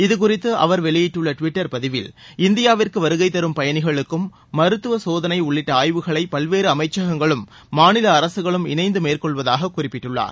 இது குறித்து அவர் வெளியிட்டுள்ள டுவிட்டர் பதிவில் இந்தியாவிற்கு வருகை தரும் பயணிகளுக்கும் மருத்துவ சோதனை உள்ளிட்ட ஆய்வுகளை பல்வேறு அமைச்சகங்கங்களும் மாநில அரசுகளும் இணைந்து மேற்கொள்வதாக குறிப்பிட்டுள்ளார்